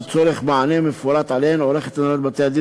ולצורך מענה מפורט עליהן עורכת הנהלת בתי-הדין